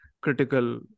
critical